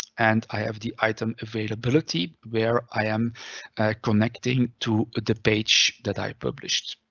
and i have the itemavailability where i am connecting to the page that i published.